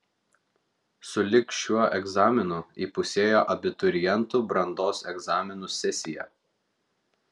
su lig šiuo egzaminu įpusėjo abiturientų brandos egzaminų sesija